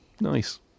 Nice